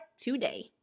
today